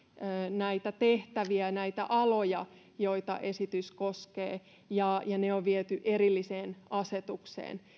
näitä tehtäviä näitä aloja joita esitys koskee ja ja ne on viety erilliseen asetukseen